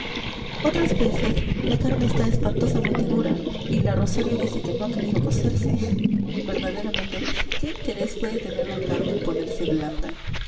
otras veces la carne está espantosamente dura y la rosario dice que no ha querido cocerse verdaderamente qué interés puede tener la carne en ponerse blanda